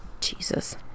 Jesus